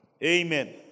Amen